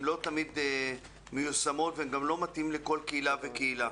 הן לא תמיד מיושמות והן גם לא מתאימות לכל קהילה וקהילה.